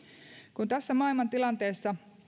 kun tässä maailmantilanteessa